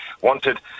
wanted